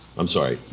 i'm sorry,